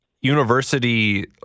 university